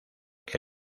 que